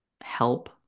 help